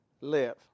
live